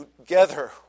together